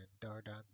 dardan